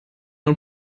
und